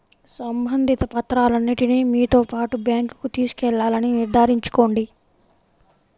సంబంధిత పత్రాలన్నింటిని మీతో పాటు బ్యాంకుకు తీసుకెళ్లాలని నిర్ధారించుకోండి